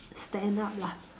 stand up lah